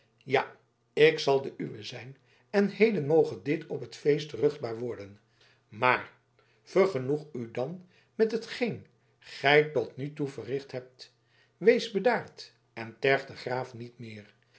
ja ik zal de uwe zijn en heden moge dit op het feest ruchtbaar worden maar vergenoeg u dan met hetgeen gij tot nu toe verricht hebt wees bedaard en terg den graaf niet meer